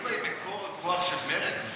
פתח-תקווה היא מקור הכוח של מרצ?